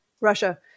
Russia